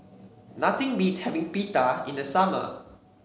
nothing beats having Pita in the summer